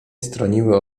stroniły